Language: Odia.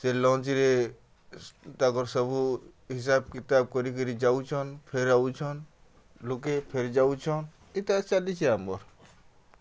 ସେ ଲଞ୍ଚ୍ରେ ତାଙ୍କର ସବୁ ହିସାବ୍ କିତାବ୍ କରିକିରି ଯାଉଛନ୍ ଫେର୍ ଆଉଛନ୍ ଲୋକେ ଫେରି ଯାଉଛନ୍ ଇତ୍ୟାଦି ଚାଲିଛେ ଆମର୍